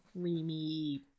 creamy